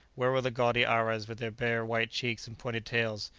where were the gaudy aras with their bare white cheeks and pointed tails,